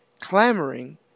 clamoring